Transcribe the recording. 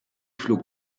flog